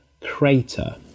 crater